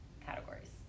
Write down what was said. categories